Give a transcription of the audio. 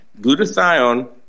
glutathione